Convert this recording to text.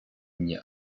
mnie